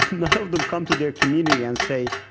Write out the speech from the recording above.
none of them come to their community and say,